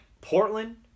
Portland